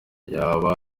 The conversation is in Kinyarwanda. yaba